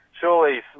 surely